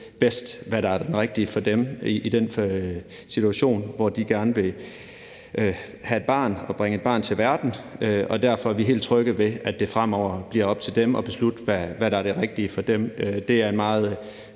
bedst, hvad der er det rigtige for dem i den situation, hvor de gerne vil have et barn og bringe et barn til verden, og derfor er vi helt trygge ved, at det fremover bliver op til dem at beslutte, hvad der er det rigtige for dem. Det er meget